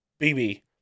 BB